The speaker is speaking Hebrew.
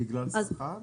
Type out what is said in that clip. בגלל שכר?